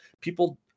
People